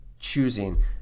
choosing